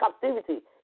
captivity